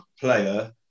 player